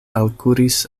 alkuris